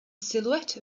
silhouette